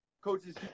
coaches